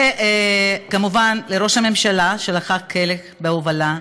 וכמובן לראש הממשלה, שלקח חלק בהובלה,